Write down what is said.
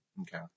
Okay